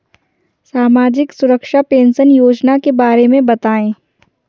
सामाजिक सुरक्षा पेंशन योजना के बारे में बताएँ?